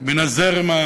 מן הזרם,